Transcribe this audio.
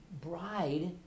bride